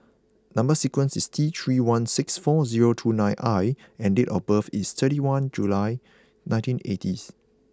number sequence is T three one six four zero two nine I and date of birth is thirty one July nineteen eighty's